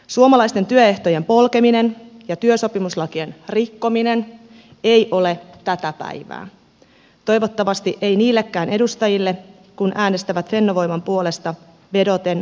suomalaisten työehtojen polkeminen ja työsopimuslakien rikkominen eivät ole tätä päivää toivottavasti ei niillekään edustajille jotka äänestävät fennovoiman puolesta vedoten työllisyysvaikutuksiin